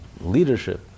leadership